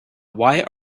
why